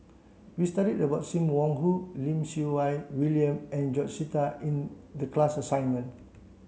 we studied about Sim Wong Hoo Lim Siew Wai William and George Sita in the class assignment